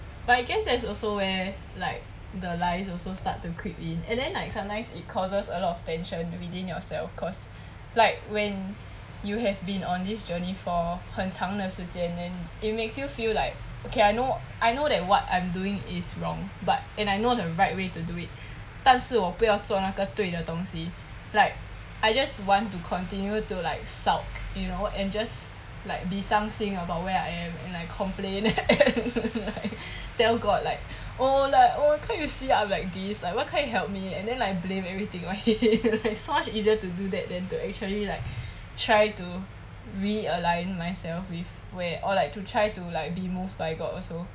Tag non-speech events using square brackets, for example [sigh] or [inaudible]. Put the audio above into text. but I guess that's also where like the lies also start to creep in and then like sometimes it causes a lot of tension within yourself cause like when you have been on this journey for 很长的时间 then it makes you feel like okay I know I know that what I'm doing is wrong but and I know the right way to do it 但是我不要做那个对的东西 like I just want to continue to like sulk you know and just like be 伤心 about where I am and like complain [laughs] then tell god like oh like oh you can't you see I'm like this like why can't you help me and then like blame everything on him [laughs] so much easier to do that than to actually like try to realign myself with where or like to try to like be moved by god also